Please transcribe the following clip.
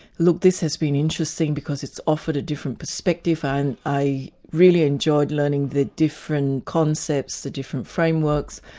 look, this has been interesting because it's offered a different perspective, and i really enjoyed learning the different concepts, the different frameworks.